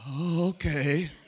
Okay